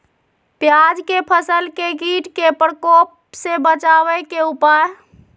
प्याज के फसल के कीट के प्रकोप से बचावे के उपाय?